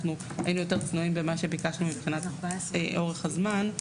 אנחנו היינו יותר צנועים במה שביקשנו מבחינת אורך הזמן.